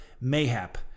mayhap